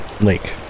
lake